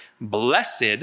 blessed